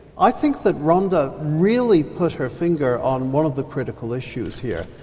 i think that rhonda really put her finger on one of the critical issues here.